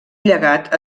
llegat